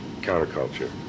counterculture